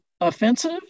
offensive